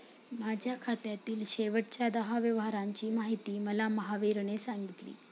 माझ्या खात्यातील शेवटच्या दहा व्यवहारांची माहिती मला महावीरने सांगितली